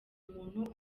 umuntu